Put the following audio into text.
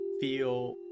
feel